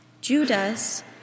Judas